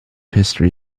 history